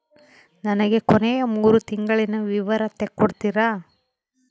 ನನಗ ಕೊನೆಯ ಮೂರು ತಿಂಗಳಿನ ವಿವರ ತಕ್ಕೊಡ್ತೇರಾ?